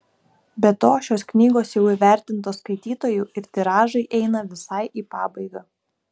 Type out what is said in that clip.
be to šios knygos jau įvertintos skaitytojų ir tiražai eina visai į pabaigą